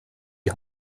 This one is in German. die